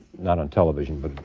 not on television, but,